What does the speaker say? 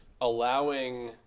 allowing